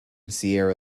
sierra